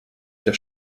der